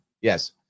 Yes